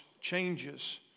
changes